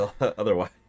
otherwise